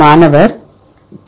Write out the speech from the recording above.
மாணவர் பார்க்க நேரம் 0059